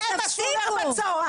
זה מה שהוא אומר בצוהריים.